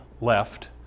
left